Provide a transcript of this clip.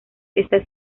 esta